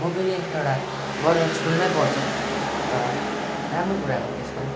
म पनि अब एउटा बजार स्कुलमै पढ्छु र राम्रो कुराहरू छ